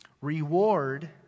Reward